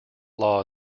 law